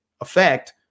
effect